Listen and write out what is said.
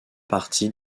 partie